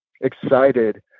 excited